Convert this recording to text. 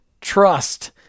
trust